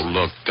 Look